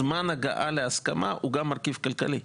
שזמן ההגעה להסכמה הוא גם מרכיב כלכלי.